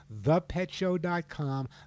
thepetshow.com